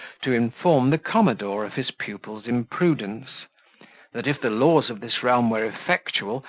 to inform the commodore of his pupil's imprudence that if the laws of this realm were effectual,